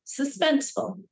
suspenseful